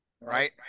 right